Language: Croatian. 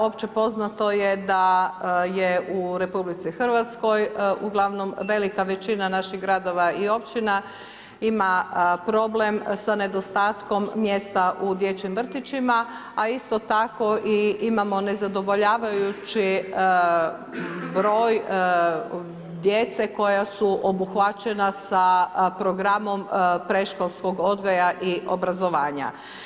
Opće poznato je da je u RH uglavnom velika većina naših gradova i općina ima problem sa nedostatkom mjesta u dječjim vrtićima, a isto tako i imamo nezadovoljavajući broj djece koja su obuhvaćena sa programom predškolskog odgoja i obrazovanja.